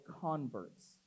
converts